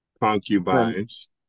concubines